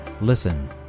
listen